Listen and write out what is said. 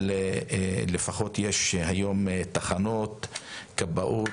אבל לפחות יש היום תחנות כבאות.